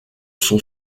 son